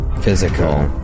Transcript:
physical